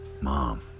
mom